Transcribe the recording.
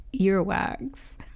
earwax